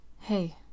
Hey